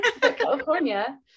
California